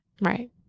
Right